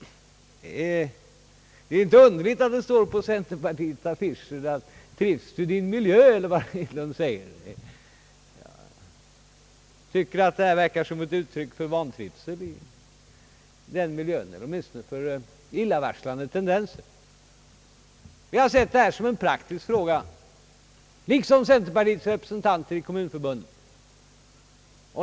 Det är inte underligt att det på centerpartiets affischer står »Trivs du i din miljö?» eller något i den stilen. Jag tycker att detta verkar som uttryck för vantrivsel i den miljön eller åtminstone som en illavarslande tendens. Jag har sett detta som en praktisk fråga, liksom centerpartiets representanter i Kommunförbundet.